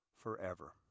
forever